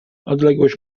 odległość